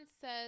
says